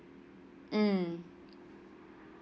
mm